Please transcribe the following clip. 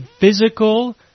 physical